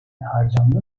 harcandı